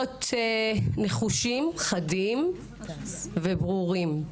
להיות נחושים, חדים וברורים.